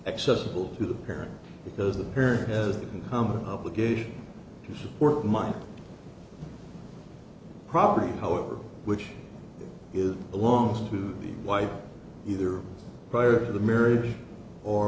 acceptable to the parent because the period as a common obligation to support my property however which is belongs to the wife either prior to the marriage or